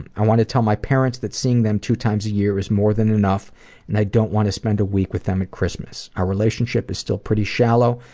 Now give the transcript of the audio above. and i want to tell my parents that seeing them two times a year is more than enough and i don't want to spend a week with them at christmas. our relationship is still pretty shallow.